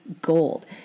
gold